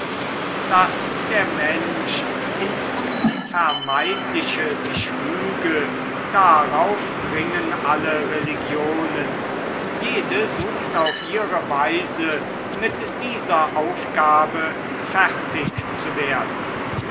daß der mensch ins unvermeidliche sich füge darauf dringen alle religionen jede sucht auf ihre weise mit dieser aufgabe fertig zu werden